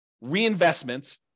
reinvestment